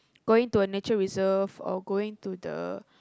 going to a nature reserve or going to the